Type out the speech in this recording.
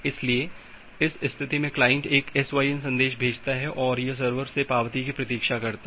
इसलिए इस स्थिति में क्लाइंट एक SYN संदेश भेजता है और यह सर्वर से पावती की प्रतीक्षा करता है